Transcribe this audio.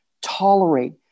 tolerate